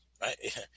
Right